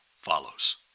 follows